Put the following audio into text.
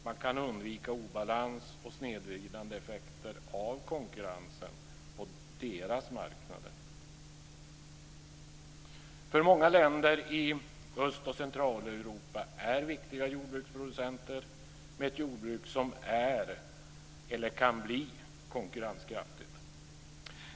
Man kan undvika obalans och snedvridande effekter av konkurrensen på deras marknader. Många länder i Öst och Centraleuropa är viktiga jordbruksproducenter med ett jordbruk som är eller kan bli konkurrenskraftigt.